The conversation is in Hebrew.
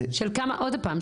של כמה עוד הפעם?